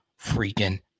freaking